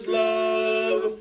love